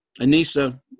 Anissa